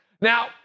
Now